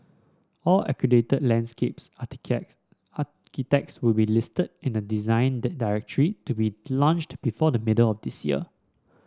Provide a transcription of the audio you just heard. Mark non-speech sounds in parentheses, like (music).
all accredited landscapes (unintelligible) architects will be listed in a Design (unintelligible) Directory to be launched before the middle of this year